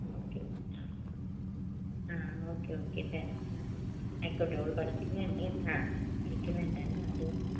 okay ആ ആ okay okay തരാം ആ ആയിക്കോട്ടെ ഓൾ പഠിക്കുന്നുണ്ട് ആ പഠിക്കുന്നുണ്ടല്ലോ അതുകൊണ്ട്